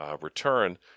return